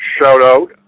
shout-out